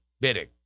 bidding